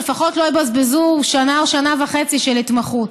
שלפחות לא יבזבזו שנה או שנה וחצי של התמחות.